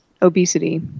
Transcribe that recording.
obesity